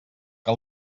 que